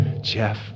Jeff